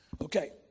Okay